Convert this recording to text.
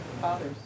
fathers